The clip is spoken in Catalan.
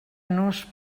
nos